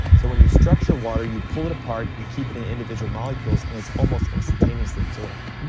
so when you structure water you pull it apart, you keep it in individual molecules, and it's almost instantaneously absorbed.